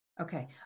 Okay